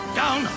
down